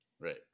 Right